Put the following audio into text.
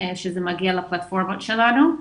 כשזה מגיע לפלטפורמה שלנו.